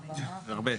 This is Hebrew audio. הרבה.